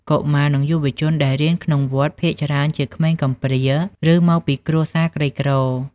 កុមារ និងយុវជនដែលរៀនក្នុងវត្តភាគច្រើនជាក្មេងកំព្រាឬមកពីគ្រួសារក្រីក្រ។